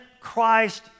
Christ